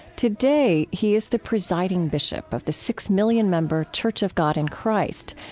today, he is the presiding bishop of the six million member church of god in christ,